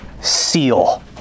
seal